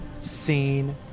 seen